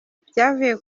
byavuye